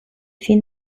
fin